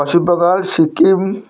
Paschim Bangal Sikkim